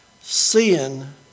sin